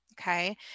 Okay